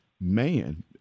man